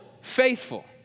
faithful